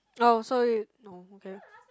oh so you no okay